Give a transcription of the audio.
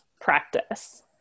practice